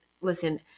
listen